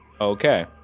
Okay